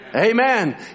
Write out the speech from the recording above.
Amen